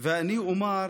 ואני אומר: